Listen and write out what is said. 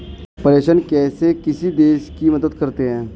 प्रेषण कैसे किसी देश की मदद करते हैं?